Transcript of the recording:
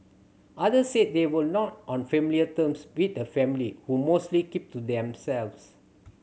others said they were not on familiar terms with the family who mostly kept to themselves